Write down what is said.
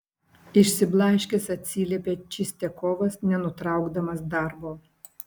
išsiblaškęs atsiliepė čistiakovas nenutraukdamas darbo